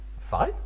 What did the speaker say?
fine